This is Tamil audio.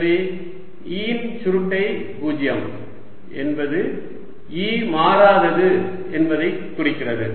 எனவே E இன் சுருட்டை 0 என்பது E மாறாதது என்பதைக் குறிக்கிறது